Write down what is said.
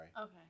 Okay